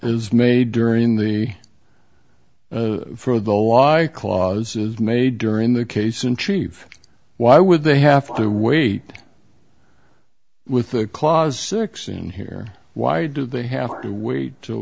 is made during the for the lie clauses made during the case in chief why would they have to wait with the clause six in here why do they have to wait t